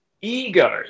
ego